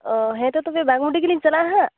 ᱦᱮᱸ ᱛᱳ ᱛᱚᱵᱮ ᱵᱟᱜᱽᱢᱩᱱᱰᱤ ᱜᱮᱞᱤᱧ ᱪᱟᱞᱟᱜᱼᱟ ᱦᱟᱸᱜ